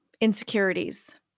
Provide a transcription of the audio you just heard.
insecurities